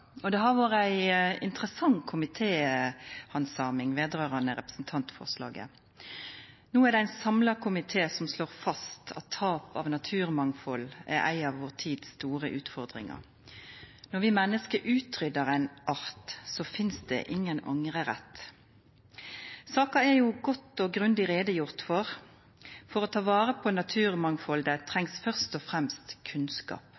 saka. Det har vore ei interessant komitéhandsaming med omsyn til representantforslaget. No er det ein samla komité som slår fast at tap av naturmangfald er ei av dei store utfordringane i vår tid. Når vi menneske utryddar ein art, finst det ingen angrerett. Saka er godt og grundig gjort greie for. For å ta vare på naturmangfaldet trengst først og fremst kunnskap.